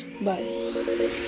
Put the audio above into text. Bye